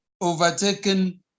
overtaken